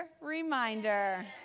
Reminder